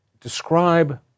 describe